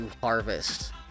harvest